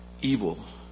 evil